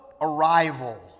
arrival